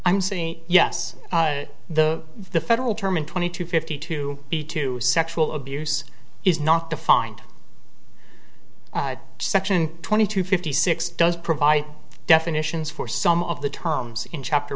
i'm saying yes the the federal term and twenty two fifty two b two sexual abuse is not defined section twenty two fifty six does provide definitions for some of the terms in chapter